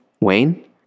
Wayne